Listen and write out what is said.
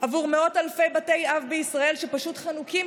עבור מאות אלפי בתי אב בישראל שפשוט חנוקים